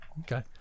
Okay